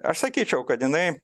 aš sakyčiau kad jinai